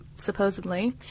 supposedly